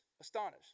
Astonished